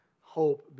hope